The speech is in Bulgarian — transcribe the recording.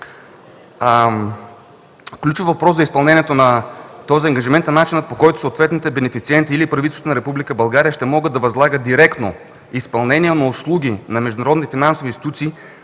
„Ключов въпрос за изпълнението на този ангажимент е начинът, по който съответните бенефициенти или правителствата на Република България ще могат да възлагат директно изпълнение на услуги на